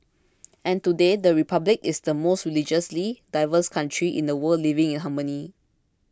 and today the Republic is the most religiously diverse country in the world living in harmony